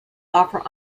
offer